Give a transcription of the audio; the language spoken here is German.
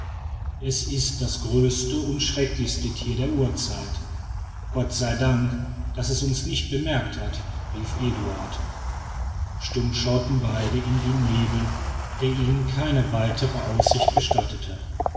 es ist das größte und schrecklichste tier der urzeit gott sei dank daß es uns nicht bemerkt hat rief eduard stumm schauten beide in den nebel der ihnen keine weite aussicht gestattete